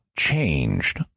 Changed